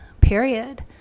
period